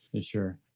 sure